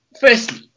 firstly